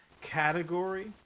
category